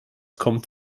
kommt